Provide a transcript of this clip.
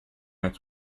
its